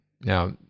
Now